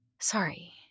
Sorry